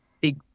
big